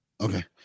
Okay